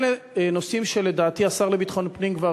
אלה נושאים שלדעתי השר לביטחון פנים כבר